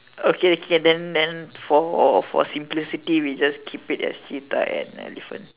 okay okay then then for for simplicity we just keep it as cheetah and elephant